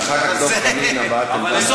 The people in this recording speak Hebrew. ואחר כך, דב חנין, הבעת עמדה מהצד, ונצביע.